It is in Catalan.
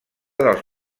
dels